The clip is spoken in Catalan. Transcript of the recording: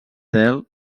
del